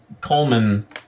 Coleman